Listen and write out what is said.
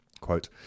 quote